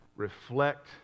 reflect